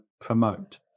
promote